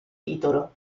titolo